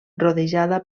rodejada